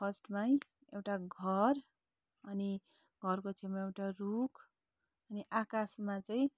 फर्स्टमै एउटा घर अनि घरको छेउमा एउटा रुख अनि आकाशमा चाहिँ